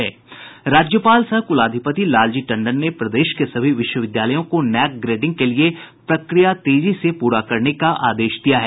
राज्यपाल सह कुलाधिपति लालजी टंडन ने प्रदेश के सभी विश्वविद्यालयों को नैक ग्रेडिंग के लिए प्रक्रिया तेजी से पूरा करने का आदेश दिया है